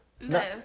No